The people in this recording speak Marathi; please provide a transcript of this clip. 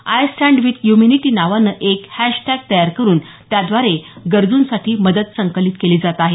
आय स्टॅण्ड विथ ह्युमिनिटी नावाने एक हॅशटॅग तयार करून त्याद्वारे गरजूंसाठी मदत संकलित केली जात आहे